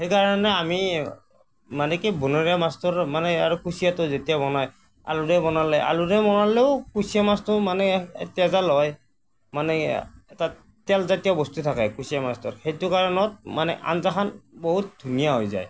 সেইকাৰণে আমি মানে কি বনৰীয়া মাছটোৰ মানে আৰু কুচিয়াটো যেতিয়া বনাই আলুৰে বনালে আলুৰে বনালেও কুচিয়া মাছটো মানে তেজাল হয় মানে তাত তেলজাতীয় বস্তু থাকে কুচিয়া মাছটোত সেইটো কাৰণত মানে আঞ্জাখন বহুত ধুনীয়া হৈ যায়